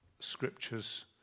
scriptures